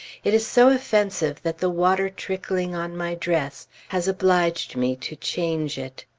it is so offensive that the water trickling on my dress has obliged me to change it.